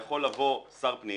כי יכול לבוא שר פנים